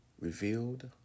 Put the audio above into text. revealed